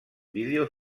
vídeos